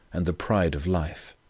and the pride of life.